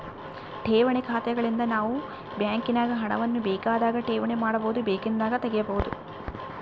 ಠೇವಣಿ ಖಾತೆಗಳಿಂದ ನಾವು ಬ್ಯಾಂಕಿನಾಗ ಹಣವನ್ನು ಬೇಕಾದಾಗ ಠೇವಣಿ ಮಾಡಬಹುದು, ಬೇಕೆಂದಾಗ ತೆಗೆಯಬಹುದು